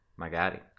magari